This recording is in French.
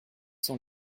sont